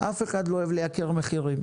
אף אחד לא אוהב לייקר מחירים.